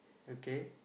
okay